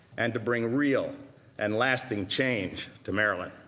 and to bring real and lasting change to maryland.